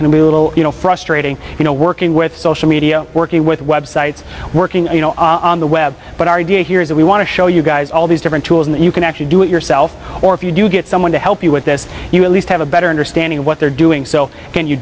can be a little frustrating you know working with social media working with websites working you know on the web but our idea here is that we want to show you guys all these different tools and you can actually do it yourself or if you do get someone to help you with this you at least have a better understanding of what they're doing so and you